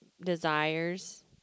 Desires